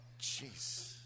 Jeez